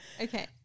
Okay